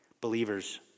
believers